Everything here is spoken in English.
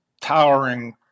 towering